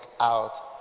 out